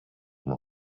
him